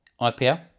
IPL